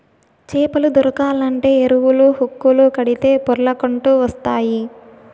చేపలు దొరకాలంటే ఎరలు, హుక్కులు కడితే పొర్లకంటూ వస్తాయి